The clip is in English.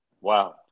Wow